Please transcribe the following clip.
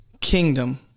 kingdom